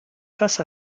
face